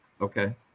Okay